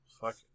fuck